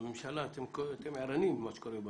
הממשלה, אתם ערים למה שקורה במדינה.